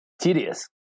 tedious